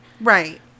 Right